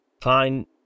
Fine